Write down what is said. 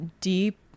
deep